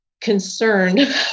concerned